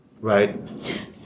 right